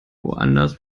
woanders